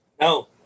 No